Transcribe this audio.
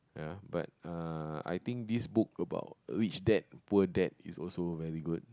ya but uh I think this book about Rich Dad Poor Dad is also very good